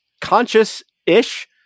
conscious-ish